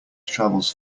travels